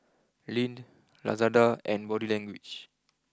Lindt Lazada and Body Language